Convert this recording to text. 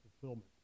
fulfillment